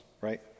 right